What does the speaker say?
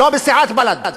ולא בסיעת בל"ד.